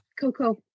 Coco